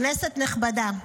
כנסת נכבדה,